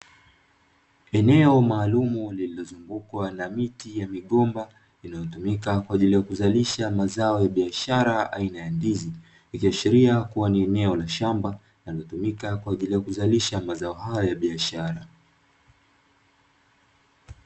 Eneo maalumu lililozungukwa na miti ya migomba, linalotumika kwa ajili ya kuzalisha mazao ya biashara aina ya ndizi, ikiashiria kuwa ni eneo la shamba linalotumika kwa ajili ya kuzalisha mazao hayo ya biashara.